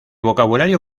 vocabulario